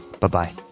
Bye-bye